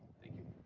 thank you.